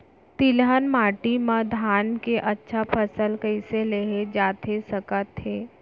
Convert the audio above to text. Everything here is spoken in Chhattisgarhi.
तिलहन माटी मा धान के अच्छा फसल कइसे लेहे जाथे सकत हे?